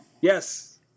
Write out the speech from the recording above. yes